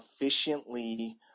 efficiently